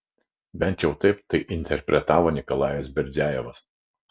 bent jau taip tai interpretavo nikolajus berdiajevas